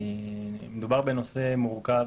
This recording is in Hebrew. מדובר בנושא מורכב.